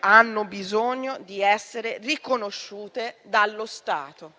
hanno bisogno di essere riconosciute dallo Stato.